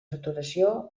saturació